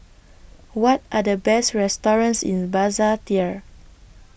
What Are The Best restaurants in Basseterre